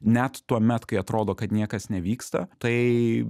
net tuomet kai atrodo kad niekas nevyksta tai